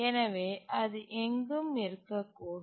எனவே அது எங்கும் இருக்கக்கூடும்